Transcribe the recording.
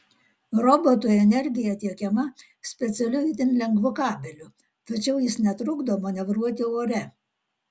robotui energija tiekiama specialiu itin lengvu kabeliu tačiau jis netrukdo manevruoti ore